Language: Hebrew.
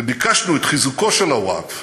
וביקשנו את חיזוקו של הווקף